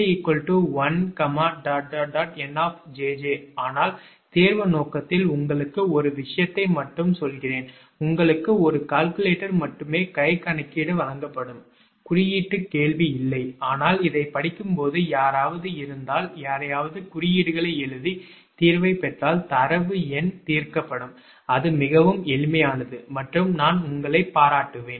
𝑁 𝑗𝑗 ஆனால் தேர்வு நோக்கத்தில் உங்களுக்கு ஒரு விஷயத்தை மட்டும் சொல்கிறேன் உங்களுக்கு ஒரு கால்குலேட்டர் மட்டுமே கை கணக்கீடு வழங்கப்படும் குறியீட்டு கேள்வி இல்லை ஆனால் இதைப் படிக்கும்போது யாராவது இருந்தால் யாராவது குறியீடுகளை எழுதி தீர்வைப் பெற்றால் தரவு எண் தீர்க்கப்படும் அது மிகவும் எளிமையானது மற்றும் நான் உங்களைப் பாராட்டுவேன்